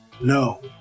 No